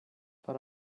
per